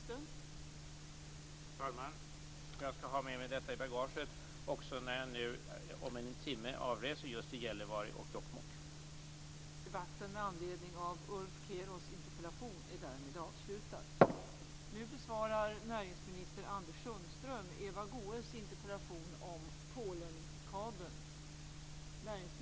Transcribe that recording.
Fru talman! Jag skall ha med mig detta i bagaget också när jag nu om en timme avreser just till Gällivare och Jokkmokk.